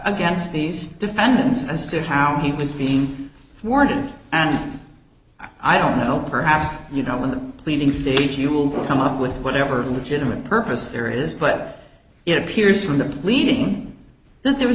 against these defendants as to how he was being sworn in and i don't know perhaps you know when the pleadings date you will come up with whatever legitimate purpose there is but it appears from the pleading that there was